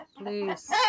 Please